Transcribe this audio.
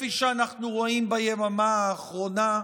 כפי שאנחנו רואים ביממה האחרונה,